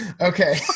okay